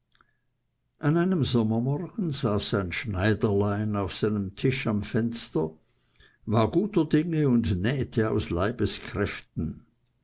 an einem sommermorgen saß ein schneiderlein auf seinem tisch am fenster war guter dinge und nähte aus leibeskräften